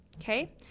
Okay